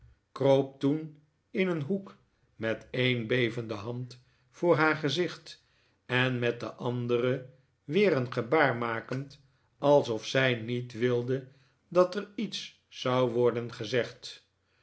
kroop toen in een hoek met een bevende hand voor haar gezicht en met de andere weer een gebaar makend alsof zij niet wilde dat er iets zou worden gezegd